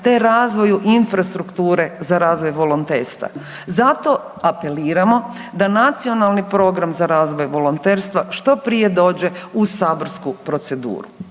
te razvoju infrastrukture za razvoj volonterstva. Zato apeliramo da Nacionalni program za razvoj volonterstva što prije dođe u saborsku proceduru.